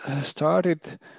started